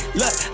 look